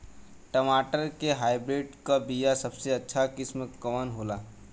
टमाटर के हाइब्रिड क बीया सबसे अच्छा किस्म कवन होला?